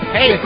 Hey